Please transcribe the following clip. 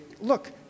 look